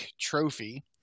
Trophy